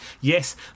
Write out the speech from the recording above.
Yes